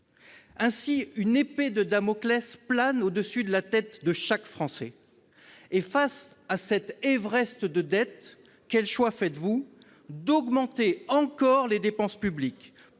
Ainsi, une épée de Damoclès plane au-dessus de la tête de chaque Français. Face à cet Everest de dette, quel choix faites-vous ? Vous augmentez encore les dépenses publiques !